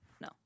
No